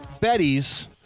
Betty's